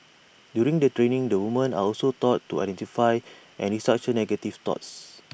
during the training the women are also taught to identify and restructure negative thoughts